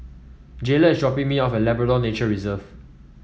Jayla is dropping me off at Labrador Nature Reserve